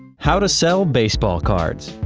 how to sell baseball cards.